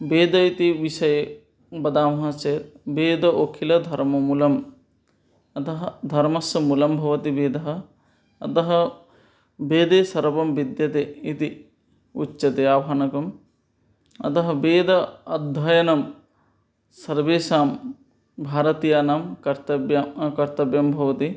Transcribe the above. वेदः इति विषये वदामः चेत् वेदोखिलो धर्ममूलम् अतः धर्मस्य मूलं भवति वेदः अतः वेदे सर्वं विद्यते इति उच्यते आभणकम् अतः वेद अध्ययनं सर्वेषां भारतीयानां कर्तव्यं कर्तव्यं भवति